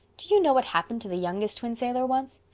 do you know what happened to the youngest twin sailor once?